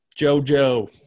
JoJo